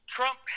Trump